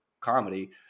comedy